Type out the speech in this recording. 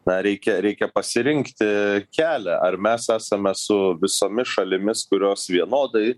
na reikia reikia pasirinkti kelią ar mes esame su visomis šalimis kurios vienodai